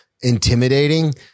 intimidating